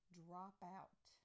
dropout